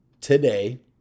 today